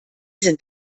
sind